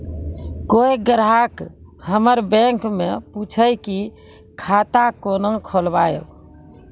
कोय ग्राहक हमर बैक मैं पुछे की खाता कोना खोलायब?